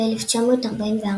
ב-1944,